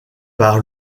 par